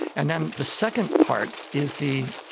and then the second part is the,